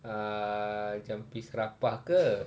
err jampi serapah ke